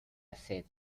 asedio